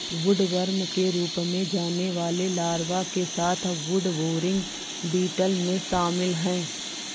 woodworm के रूप में जाने वाले लार्वा के साथ वुडबोरिंग बीटल में शामिल हैं